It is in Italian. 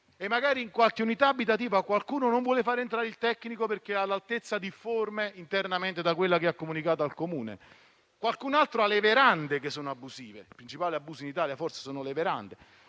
e magari in qualche unità abitativa qualcuno non vuole far entrare il tecnico perché ha l'altezza difforme internamente da quella che ha comunicato al Comune o che qualcun altro ha le verande abusive (il principale abuso in Italia forse avviene sulle verande).